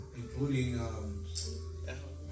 including